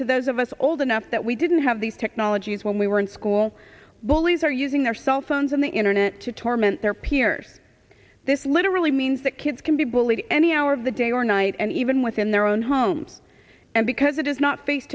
to those of us old enough that we didn't have these technologies when we were in school bullies are using their cell phones and the internet to torment their peers this literally means that kids can be bullied any hour of the day or night and even within their own home and because it is not face